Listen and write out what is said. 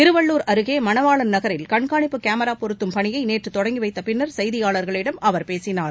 திருவள்ளூர் அருகே மணவாளன் நகரில் கண்காணிப்பு கேமரா பொருத்தும் பணியை நேற்று தொடங்கி வைத்த பின்னர் செய்தியாளர்களிடம் அவர் பேசினார்